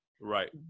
Right